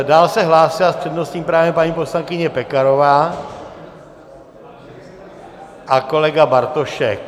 Dále se hlásila s přednostním právem poslankyně Pekarová, kolega Bartošek.